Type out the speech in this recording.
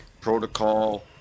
protocol